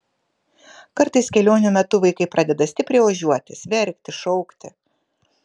kartais kelionių metu vaikai pradeda stipriai ožiuotis verkti šaukti